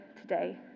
today